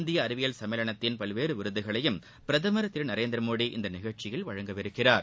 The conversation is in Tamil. இந்திய அறிவியல் சம்மேளனத்தின் பல்வேறு விருதுகளையும் பிரதமர் திரு நரேந்திரமோடி இந்நிகழ்ச்சியில் வழங்கவிருக்கிறார்